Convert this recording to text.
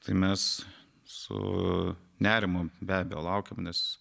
tai mes su nerimu be abejo laukiam nes